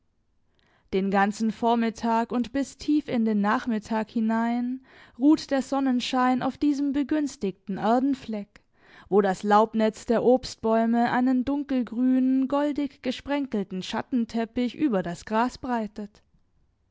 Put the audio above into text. den ganzen vormittag und bis tief in den nachmittag hinein ruht der sonnenschein auf diesem begünstigten erdenfleck wo das laubnetz der obstbäume einen dunkelgrünen goldig gesprenkelten schattenteppich über das gras breitet